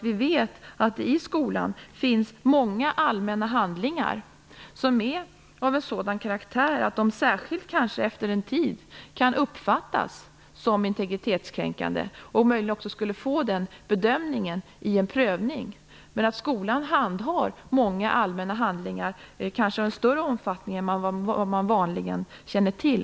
Vi vet att det i skolan finns många allmänna handlingar som är av sådan karaktär att de - särskilt kanske efter en tid - kan uppfattas som integritetskränkande och möjligen också skulle få den bedömningen i en prövning. Skolan handhar många allmänna handlingar, kanske i större omfattning än vad man vanligen känner till.